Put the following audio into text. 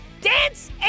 dance